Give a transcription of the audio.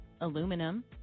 aluminum